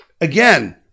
again